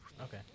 Okay